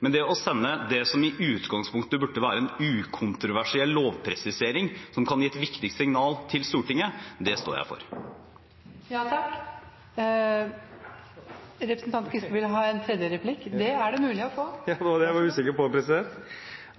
Men det å sende det som i utgangspunktet burde være en ukontroversiell lovpresisering som kan gi et viktig signal til Stortinget, det står jeg for. La